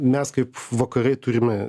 mes kaip vakarai turime